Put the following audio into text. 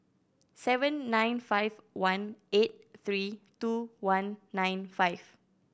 seven nine five one eight three two one nine five